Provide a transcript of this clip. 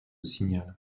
signal